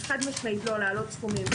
חד משמעית לא להעלות סכומים.